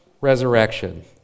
resurrection